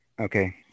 Okay